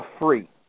free